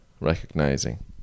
recognizing